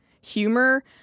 humor